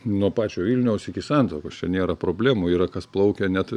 nuo pačio vilniaus iki santakos čia nėra problemų yra kas plaukia net